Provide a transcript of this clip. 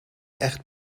echt